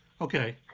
Okay